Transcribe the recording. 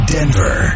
Denver